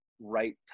right